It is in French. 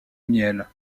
miel